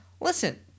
listen